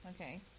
Okay